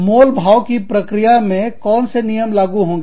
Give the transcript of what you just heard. मोलभाववार्ता की प्रक्रिया में कौनसे नियम लागू होंगे